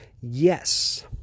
Yes